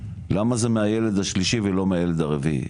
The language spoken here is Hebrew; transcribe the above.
למה זה מהילד השלישי ולא מהילד הרביעי?